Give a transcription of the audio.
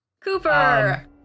Cooper